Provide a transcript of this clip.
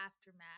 aftermath